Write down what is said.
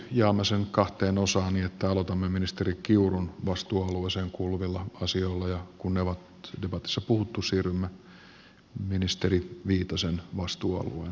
jaamme sen kahteen osaan niin että aloitamme ministeri kiurun vastuualueeseen kuuluvilla asioilla ja kun ne on debatissa puhuttu siirrymme ministeri viitasen vastuualueen asioihin